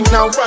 now